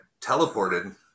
teleported